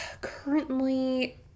currently